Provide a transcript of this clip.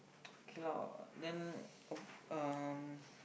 okay lah then um